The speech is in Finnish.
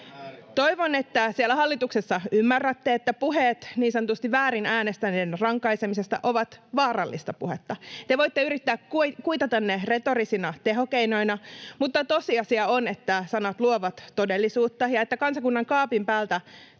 Toivon, että siellä hallituksessa ymmärrätte, että puheet niin sanotusti väärin äänestäneiden rankaisemisesta ovat vaarallista puhetta. Te voitte yrittää kuitata ne retorisina tehokeinoina, mutta tosiasia on, että sanat luovat todellisuutta ja että kansakunnan kaapin päältä